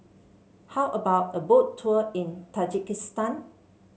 how about a Boat Tour in Tajikistan